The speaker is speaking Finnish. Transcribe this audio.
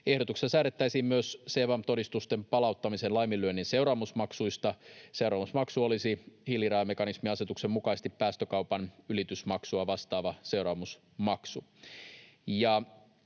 Ehdotuksessa säädettäisiin myös CBAM-todistusten palauttamisen laiminlyönnin seuraamusmaksuista. Seuraamusmaksu olisi hiilirajamekanismiasetuksen mukaisesti päästökaupan ylitysmaksua vastaava seuraamusmaksu.